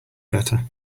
better